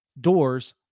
doors